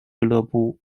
俱乐部